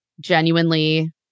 genuinely